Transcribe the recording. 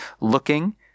looking